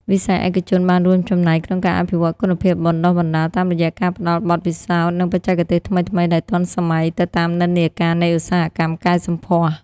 វិស័យឯកជនបានរួមចំណែកក្នុងការអភិវឌ្ឍគុណភាពបណ្តុះបណ្តាលតាមរយៈការផ្តល់បទពិសោធន៍ និងបច្ចេកទេសថ្មីៗដែលទាន់សម័យទៅតាមនិន្នាការនៃឧស្សាហកម្មកែសម្ផស្ស។